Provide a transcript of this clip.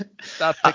Stop